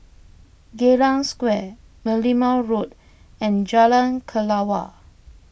Geylang Square Merlimau Road and Jalan Kelawar